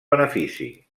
benefici